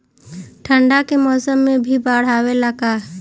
ठंडा के मौसम में भी बाढ़ आवेला का?